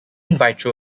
vitro